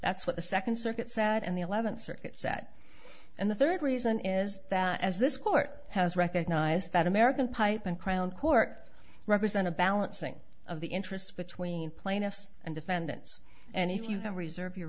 that's what the second circuit sat and the eleventh circuit sat and the third reason is that as this court has recognized that american pipe and crown court represent a balancing of the interests between plaintiffs and defendants and if you can reserve your